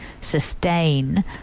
sustain